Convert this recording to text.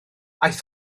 aeth